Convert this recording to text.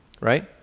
right